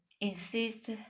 insist